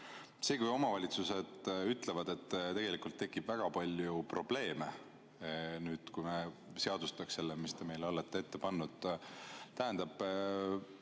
See, kui omavalitsused ütlevad, et tegelikult tekib väga palju probleeme, kui me nüüd seadustaks selle, mis te olete meile ette pannud, tähendab